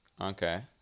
Okay